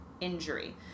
injury